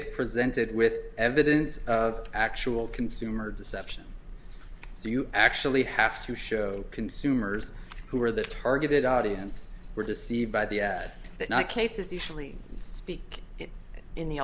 if presented with evidence of actual consumer deception so you actually have to show consumers who are the targeted audience were deceived by the not cases usually speak in the